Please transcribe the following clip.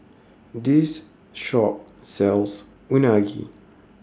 This Shop sells Unagi